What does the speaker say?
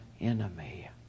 enemy